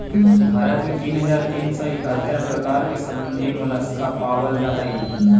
भारत में तीन हज़ार तीन सौ इकहत्तर प्रकार के समुद्री मोलस्का पाबल जा हई